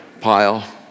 pile